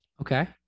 Okay